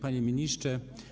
Panie Ministrze!